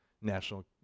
national